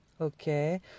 Okay